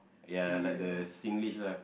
ya like the Singlish lah